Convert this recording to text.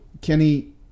Kenny